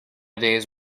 days